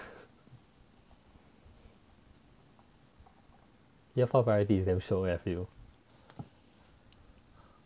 year four variety is damn shiok eh I feel